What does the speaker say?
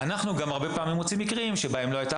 אנחנו גם מוצאים הרבה פעמים מקרים בהם לא הייתה